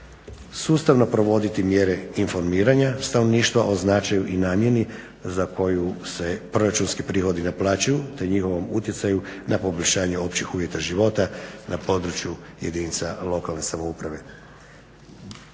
Sustavno provoditi mjere informiranja stanovništva o značaju i namjeni za koju se proračunski prihodi naplaćuju te njihovom utjecaju na poboljšanje općih uvjeta života na području jedinica lokalne samouprave.